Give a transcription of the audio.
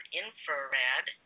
infrared